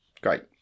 Great